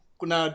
kuna